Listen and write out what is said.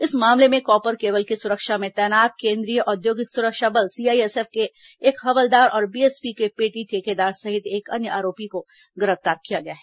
इस मामले में कॉपर केबल की सुरक्षा में तैनात केंद्रीय औद्योगिक सुरक्षा बल सीआईएस एफ के एक हवलदार और बीएसपी के पेटी ठेकेदार सहित एक अन्य आरोपी को गिरफ्तार किया गया है